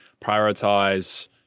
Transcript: prioritize